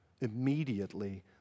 immediately